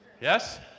Yes